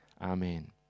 amen